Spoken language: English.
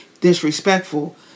disrespectful